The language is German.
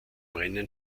rennen